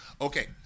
okay